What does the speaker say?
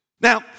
Now